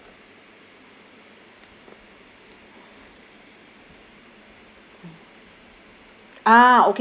mm